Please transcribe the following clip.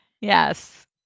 yes